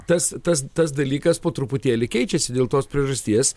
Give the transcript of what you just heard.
tas tas tas dalykas po truputėlį keičiasi dėl tos priežasties